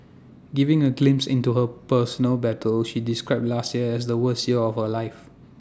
giving A glimpse into her personal battles she described last year as the worst year of her life